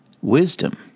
Wisdom